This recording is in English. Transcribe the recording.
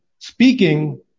speaking